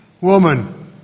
Woman